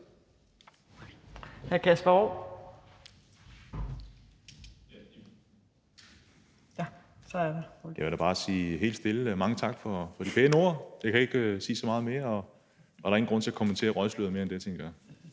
Jeg vil da bare helt stille sige mange tak for de pæne ord. Der kan ikke siges så meget mere, og der er ingen grund til at kommentere røgsløret mere end det, tænker